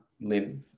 live